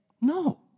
No